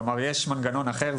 כלומר יש מנגנון אחר.